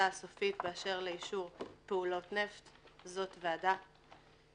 הסופית באשר לאישור פעולות נפט זאת ועדה,